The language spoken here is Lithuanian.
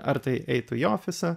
ar tai eitų į ofisą